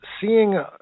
seeing